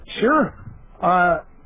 Sure